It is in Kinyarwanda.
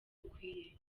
bukwiye